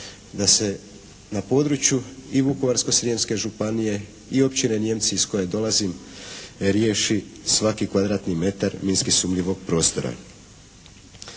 da se na području i Vukovarsko-Srijemske županije i općine Nijemci iz koje dolazim riješi svaki kvadratni metar minski sumnjivog prostora.